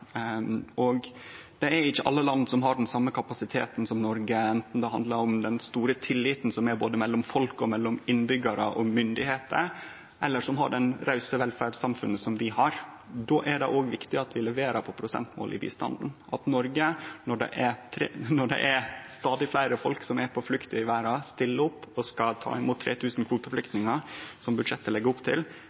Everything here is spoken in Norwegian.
Det er ikkje alle land som har den same kapasiteten som Noreg, anten det handlar om den store tilliten som er både mellom folk og mellom innbyggjarar og myndigheiter, eller som har det rause velferdssamfunnet vi har. Då er det òg viktig at vi leverer på prosentmål i bistanden, og at Noreg, når det er stadig fleire folk som er på flukt i verda, stiller opp og skal ta imot 3 000 kvoteflyktningar, som budsjettet legg opp til.